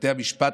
בתי המשפט,